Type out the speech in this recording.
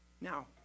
Now